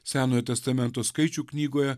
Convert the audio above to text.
senojo testamento skaičių knygoje